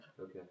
Okay